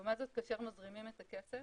לעומת זאת כאשר מזרימים את הקצף,